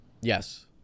Yes